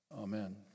Amen